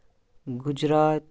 Gujarat